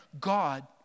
God